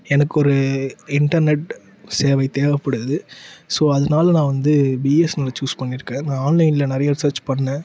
எனக்கு ஒரு இன்டர்நெட் சேவை தேவைப்படுது ஸோ அதனால நான் வந்து பிஎஸ்என்எல்லை சூஸ் பண்ணியிருக்கேன் நான் ஆன்லைனில் நிறைய ரிசேர்ச் பண்ணேன்